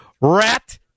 rat